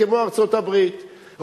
כמו ארצות-הברית,